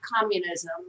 communism